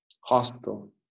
hospital